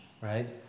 right